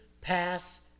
pass